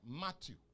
Matthew